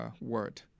word